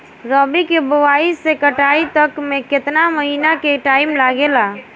रबी के बोआइ से कटाई तक मे केतना महिना के टाइम लागेला?